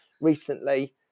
recently